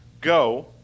go